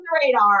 radar